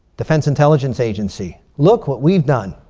defense intelligence agency, look what we've done.